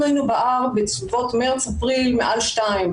אנחנו היינו ב-R בסביבות מרץ-אפריל מעל 2,